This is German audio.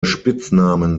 spitznamen